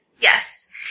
Yes